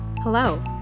Hello